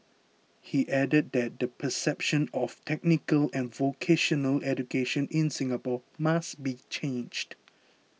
he added that the perception of technical and vocational education in Singapore must be changed